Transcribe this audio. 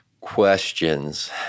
Questions